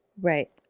Right